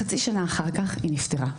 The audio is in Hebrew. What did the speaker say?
חצי שנה אחר כך היא נפטרה.